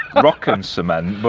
rock and cement,